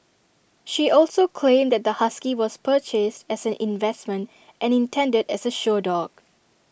she also claimed that the husky was purchased as an investment and intended as A show dog